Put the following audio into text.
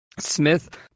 Smith